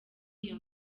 iyo